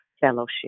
fellowship